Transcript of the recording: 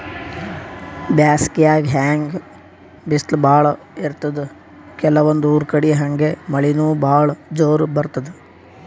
ಬ್ಯಾಸ್ಗ್ಯಾಗ್ ಹೆಂಗ್ ಬಿಸ್ಲ್ ಭಾಳ್ ಇರ್ತದ್ ಕೆಲವಂದ್ ಊರ್ ಕಡಿ ಹಂಗೆ ಮಳಿನೂ ಭಾಳ್ ಜೋರ್ ಬರ್ತದ್